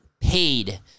paid